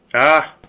ah,